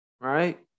right